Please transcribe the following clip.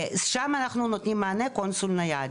שם אנחנו נותנים מענה קונסול נייד,